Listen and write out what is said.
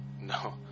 No